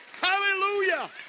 Hallelujah